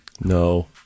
No